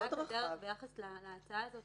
ההצעה הזאת